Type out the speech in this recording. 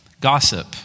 gossip